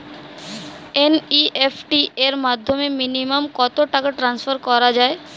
NEFT র মাধ্যমে minimum কত টাকা ট্রান্সফার করা যায়?